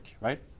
right